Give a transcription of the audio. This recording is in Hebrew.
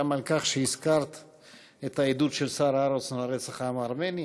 גם על כך שהזכרת את העדות של שרה אהרונסון על רצח העם הארמני.